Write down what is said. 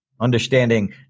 understanding